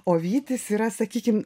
o vytis yra sakykim